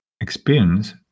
experience